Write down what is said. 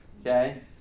Okay